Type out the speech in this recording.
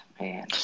man